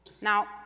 Now